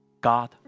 God